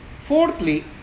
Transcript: Fourthly